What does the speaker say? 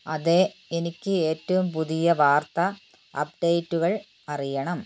അതെ എനിക്ക് ഏറ്റവും പുതിയ വാർത്താ അപ്ഡേറ്റുകൾ അറിയണം